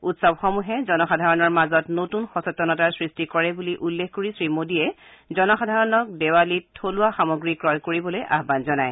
উৎসৱসমূহে জনসাধাৰণৰ মাজত নতুন সচেতনাৰ সৃষ্টি কৰে বুলি উল্লেখ কৰি শ্ৰীমোদীয়ে জনসাধাৰণক দেৱালীত থলুৱা সামগ্ৰী ক্ৰয় কৰিবলৈ আহান জনায